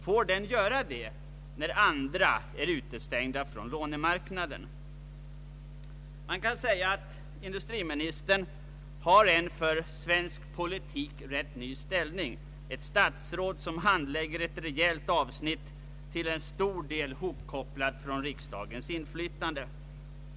Får den det, när andra är utestängda från lånemarknaden? Man kan säga att industriministern har en för svensk politik rätt ny ställning: han är ett statsråd som handlägger ett rejält avsnitt, till stor del losskopplat från riksdagens inflytande.